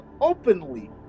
openly